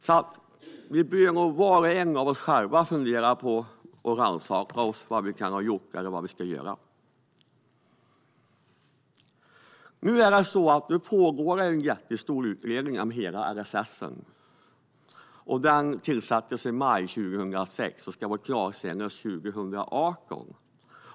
Alltså behöver vi nog, var och en, fundera på och rannsaka oss själva när det gäller vad vi kunde ha gjort eller vad vi ska göra. Nu pågår en jättestor utredning om hela LSS. Den tillsattes i maj 2006 och ska vara klar senast 2018.